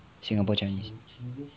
singapore chinese